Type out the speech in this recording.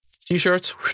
T-shirts